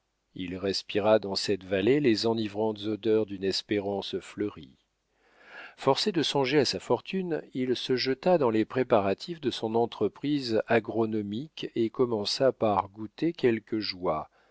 il respira dans cette vallée les enivrantes odeurs d'une espérance fleurie forcé de songer à sa fortune il se jeta dans les préparatifs de son entreprise agronomique et commença par goûter quelque joie